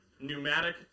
Pneumatic